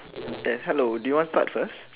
hello do you want to start first